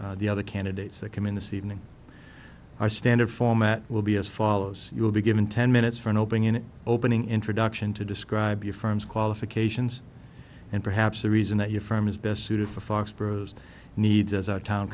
as the other candidates that come in this evening our standard format will be as follows you will be given ten minutes for an opening opening introduction to describe your firm's qualifications and perhaps the reason that your firm is best suited for fox bros needs as our town